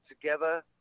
together